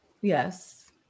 yes